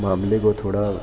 معاملے کو تھوڑا